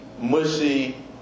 mushy